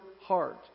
heart